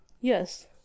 Yes